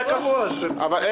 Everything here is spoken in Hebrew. נוספת.